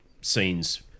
scenes